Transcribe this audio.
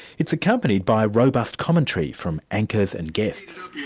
it's accompanied by robust commentary from anchors and guests.